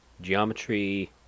geometry